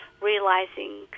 realizing